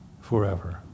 forever